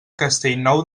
castellnou